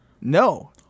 No